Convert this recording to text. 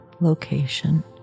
location